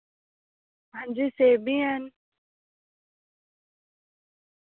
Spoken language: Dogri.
हां जी सेब बी हैन